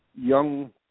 young